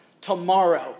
tomorrow